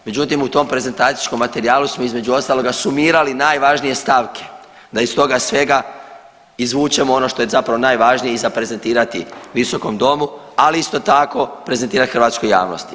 Međutim, u tom prezentacijskom materijalu smo između ostaloga sumirali najvažnije stavke, da iz toga svega izvučemo ono što je zapravo najvažnije i za prezentirati visokom domu, ali isto tako prezentirati hrvatskoj javnosti.